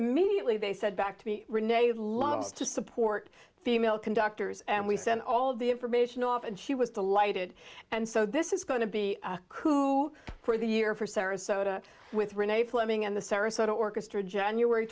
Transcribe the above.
immediately they said back to me renee loves to support female conductors and we said all of the information off and she was delighted and so this is going to be who for the year for sarasota with renee fleming and the sarasota orchestra january